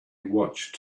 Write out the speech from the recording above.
watched